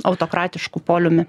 autokratišku poliumi